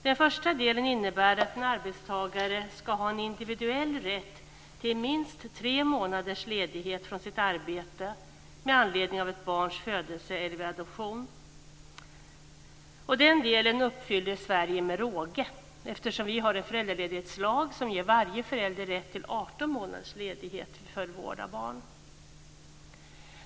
Den första delen innebär att en arbetstagare skall ha en individuell rätt till minst tre månaders ledighet från sitt arbete med anledning av ett barns födelse eller vid adoption. Den delen uppfyller Sverige med råge eftersom vi har en föräldraledighetslag som ger varje förälder rätt till 18 månaders ledighet för vård av barn.